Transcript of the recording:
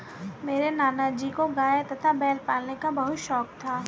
मेरे नाना जी को गाय तथा बैल पालन का बहुत शौक था